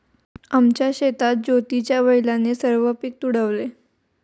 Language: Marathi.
आमच्या शेतात ज्योतीच्या बैलाने सर्व पीक तुडवले